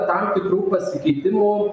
tam tikrų pasikeitimų